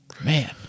Man